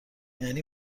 یعنی